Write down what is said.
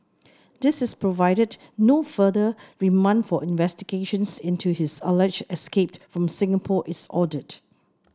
this is provided no further remand for investigations into his alleged escape from Singapore is ordered